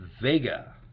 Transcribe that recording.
Vega